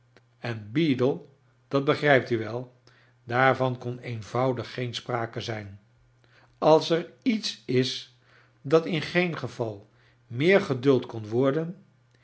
en beadle dat begrijpt u wel daarvan kon eenvoudig geen sprake zijn als er iets is dat in geen geval meer geduld kon worden